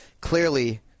Clearly